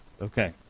Okay